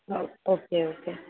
okay okay